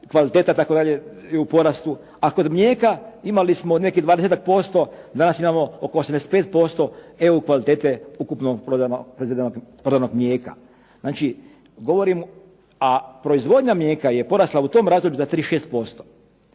kvaliteta itd. je u porastu, a kod mlijeka imali smo nekih 20%, danas imamo oko 85% EU kvalitet ukupno proizvedenog mlijeka. A proizvodnja mlijeka je porasla u tom razdoblju za 36%.